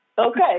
Okay